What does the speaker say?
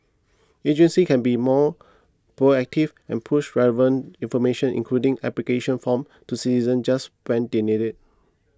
agencies can be more proactive and push relevant information including application forms to citizens just when they need it